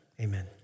Amen